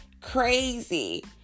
crazy